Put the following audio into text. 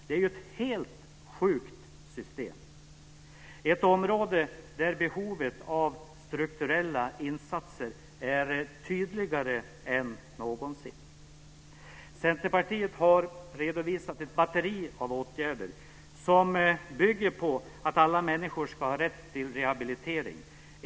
Det är ju ett helt sjukt system, ett område där behovet av strukturella insatser är tydligare än någonsin. Centerpartiet har redovisat ett batteri av åtgärder som bygger på att alla människor ska ha rätt till rehabilitering.